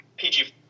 PG